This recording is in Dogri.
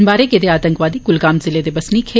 मारे गेदे आतंकवादी कुलगाम जिले दे बसनीक हे